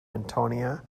antonia